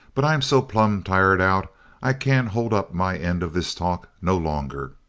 but i'm so plumb tired out i can't hold up my end of this talk no longer!